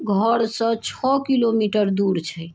घरसँ छओ किलोमीटर दूर छै